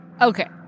okay